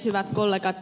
hyvät kollegat